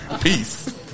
Peace